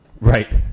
right